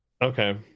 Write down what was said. Okay